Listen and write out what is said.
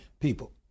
people